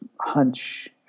hunch